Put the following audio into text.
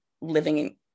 living